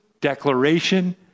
declaration